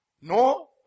no